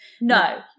No